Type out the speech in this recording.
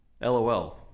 LOL